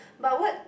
but what